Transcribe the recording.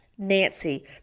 Nancy